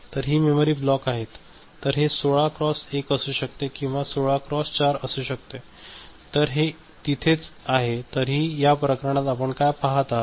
तर ही memory block आहे तर हे 16 क्रॉस 1 असू शकते किंवा हे 16 क्रॉस 4 असू शकते तर हे तिथेच आहे तरीही या प्रकरणात आपण काय पहात आहात